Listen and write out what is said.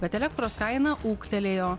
bet elektros kaina ūgtelėjo